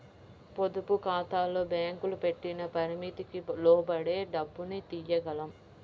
పొదుపుఖాతాల్లో బ్యేంకులు పెట్టిన పరిమితికి లోబడే డబ్బుని తియ్యగలం